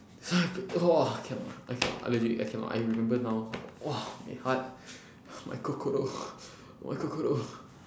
!wah! cannot I cannot I legit I cannot I remember now !wah! my heart my kokoro my kokoro